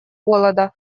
голода